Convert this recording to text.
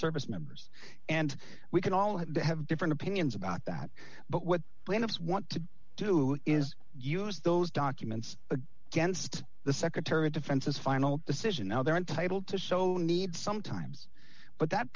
service members and we can all have different opinions about that but what we and of us want to do is use those documents a against the secretary of defense as final decision no they're entitled to show need sometimes but that